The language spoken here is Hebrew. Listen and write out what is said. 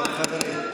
חברים.